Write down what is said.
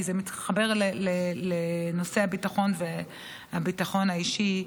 כי זה מתחבר לנושא הביטחון והביטחון האישי.